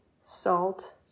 salt